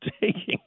taking